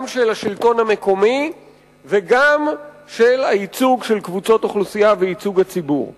של השלטון המקומי ושל הייצוג של קבוצות אוכלוסייה והציבור בכללותו.